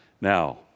Now